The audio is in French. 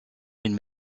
une